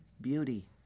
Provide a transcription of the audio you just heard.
beauty